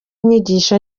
inyigisho